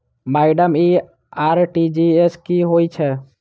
Madam इ RTGS की होइ छैय?